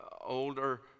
older